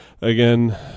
again